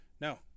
No